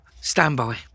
standby